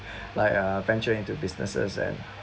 like uh venture into businesses and